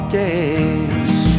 days